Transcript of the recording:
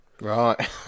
Right